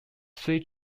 three